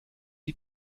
die